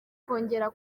kongera